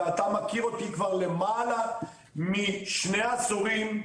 ואתה מכיר אותי כבר למעלה משני עשורים,